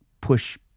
push